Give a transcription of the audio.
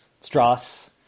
Strauss